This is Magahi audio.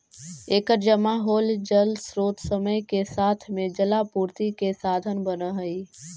एकर जमा होल जलस्रोत समय के साथ में जलापूर्ति के साधन बनऽ हई